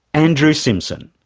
andrew simpson.